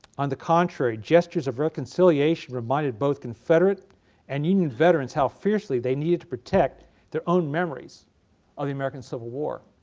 on the contrary, gestures of reconciliation reminded both confederate and union veterans how fiercely they needed to protect their own memories of the american civil war.